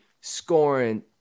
scoring